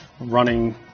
Running